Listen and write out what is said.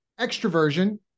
Extroversion